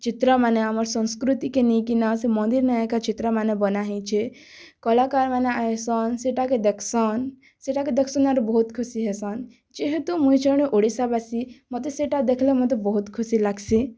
ଚିତ୍ରମାନେ ଆମର୍ ସଂସ୍କୃତିକେ ନେଇକିନା ସେ ମନ୍ଦିର ନେ କା ଚିତ୍ର ମାନେ ବନା ହେଇଛି କଳାକାର ମାନେ ଆଇସନ୍ ସେଟାକେ ଦେଖସନ୍ ସେଟାକେ ଦେଖସନ୍ ଆରି ବହୁତ୍ ଖୁସି ହେଇସନ୍ ଯେହେତୁ ମୁଇଁ ଜଣେ ଓଡ଼ିଶାବାସୀ ମୋତେ ସେଟା ଦେଖ୍ଲେ ମୋତେ ବହୁତ୍ ଖୁସି ଲାଗ୍ସି